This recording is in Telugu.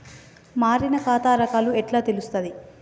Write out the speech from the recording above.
మారిన ఖాతా రకాలు ఎట్లా తెలుత్తది?